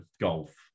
golf